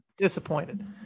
Disappointed